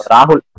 Rahul